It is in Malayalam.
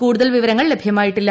കൂടുതൽ വിവരങ്ങൾ ലഭ്യമായിട്ടില്ല